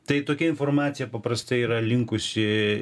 tai tokia informacija paprastai yra linkusi